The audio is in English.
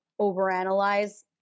overanalyze